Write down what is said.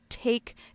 take